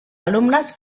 alumnes